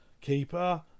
keeper